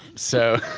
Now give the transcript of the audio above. so,